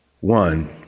one